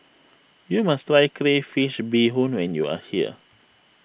you must try Crayfish BeeHoon when you are here